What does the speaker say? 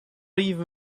even